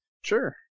Sure